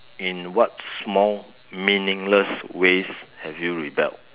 in what small meaningless ways have you rebelled